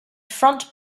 front